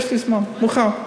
יש לי זמן, מוכן.